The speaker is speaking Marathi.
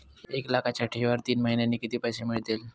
एक लाखाच्या ठेवीवर तीन महिन्यांनी किती पैसे मिळतील?